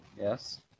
Yes